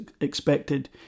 expected